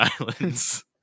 islands